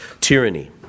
tyranny